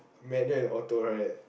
manual and auto right